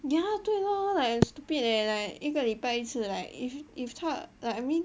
ya 对 lor like 很 stupid leh like 一个礼拜一次 like if if thought like I mean